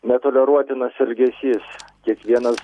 netoleruotinas elgesys kiekvienas